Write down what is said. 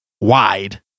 wide